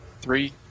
three